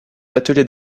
ateliers